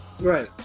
right